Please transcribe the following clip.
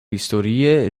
historie